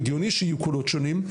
הגיוני שיהיו קולות שונים.